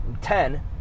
ten